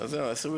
בהמשך.